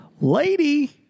Lady